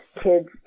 kids